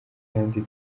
kandi